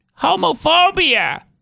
homophobia